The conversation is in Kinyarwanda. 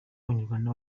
abanyarwanda